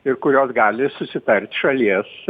ir kurios gali susitart šalies